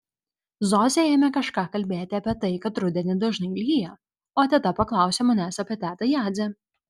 zosė ėmė kažką kalbėti apie tai kad rudenį dažnai lyja o teta paklausė manęs apie tetą jadzę